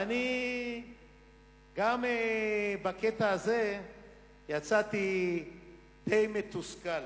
גם בקטע הזה יצאתי די מתוסכל.